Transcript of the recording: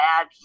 add